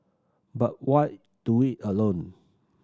but why do it alone